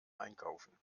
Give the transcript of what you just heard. einkaufen